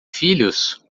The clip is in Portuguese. filhos